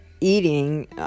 eating